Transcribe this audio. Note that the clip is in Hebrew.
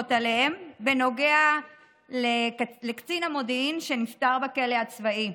בנוגע לקצין המודיעין שנפטר בכלא הצבאי,